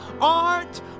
art